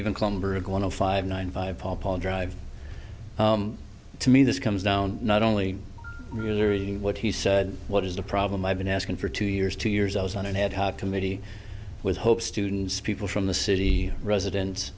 to five nine five paul paul drive to me this comes down not only really reading what he said what is the problem i've been asking for two years two years i was on an ad hoc committee with hope students people from the city residen